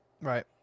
Right